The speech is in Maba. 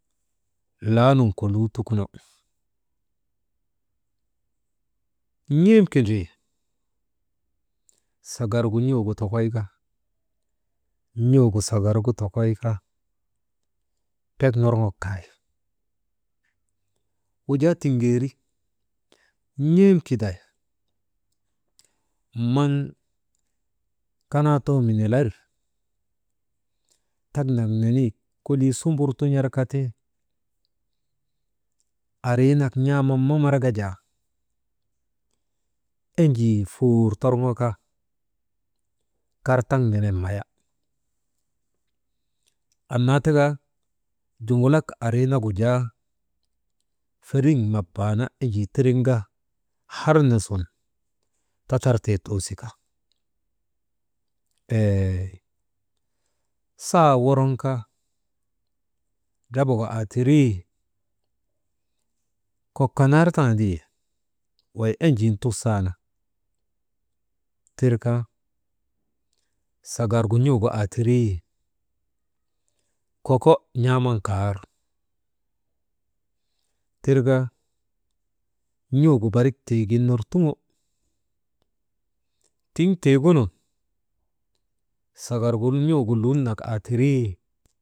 Laanun koluu tukuno, n̰eem kindrii sagargu n̰uugu tokoyka, n̰uugu sagargu tokoyka pek norŋok kay wujaa tiŋeri n̰eem kiday maŋ kanaa too minilari, taŋnak nenegu kolii sumbur tun̰arkati, kariinak n̰aaman mamarka jaa, enjii fuur torŋoka kar taŋ nenen maya anna taka junŋulak arinagu jaa feriŋ mabaana enjii tiriŋka harni sun tatartee toosika, eey saa woroŋ ka drabagu aa tirii kok kannartaandi, wey enjin tusana tirka sagargu n̰uugu aa tirii koko n̰aaman kar, tir ka n̰uugu barik tiigin ner tuŋo tiŋ tiigunu, sagargu n̰uugu lulnak aa tirii.